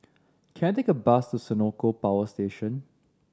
can I take a bus to Senoko Power Station